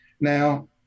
Now